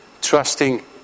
Trusting